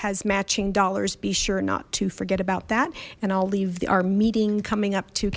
has matching dollars be sure not to forget about that and i'll leave our meeting coming up to